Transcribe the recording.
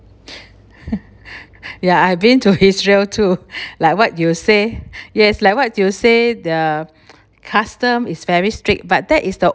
ya I've been to israel too like what you say yes like what you say the custom is very strict but that is the